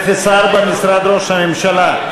סעיף 03, חברי הממשלה,